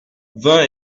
vingt